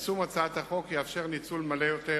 יישום הצעת החוק יאפשר ניצול מלא יותר